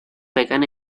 pegan